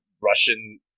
Russian